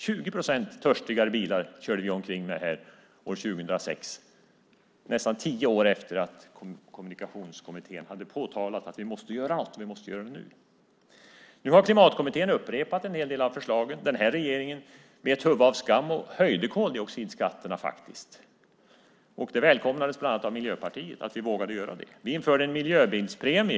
20 procent törstigare bilar körde vi omkring med här 2006 - nästan tio år efter att Kommunikationskommittén hade påtalat att vi måste göra något, och vi måste göra det nu. Nu har Klimatkommittén upprepat en hel del av förslagen. Den här regeringen bet huvudet av skammen och höjde faktiskt koldioxidskatterna. Att vi vågade göra det välkomnades även av Miljöpartiet. Vi införde även en miljöbilspremie.